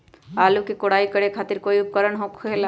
आलू के कोराई करे खातिर कोई उपकरण हो खेला का?